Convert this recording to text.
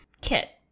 kit